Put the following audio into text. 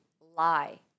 lie